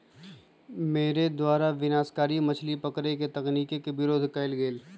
मेरे द्वारा विनाशकारी मछली पकड़े के तकनीक के विरोध कइल गेलय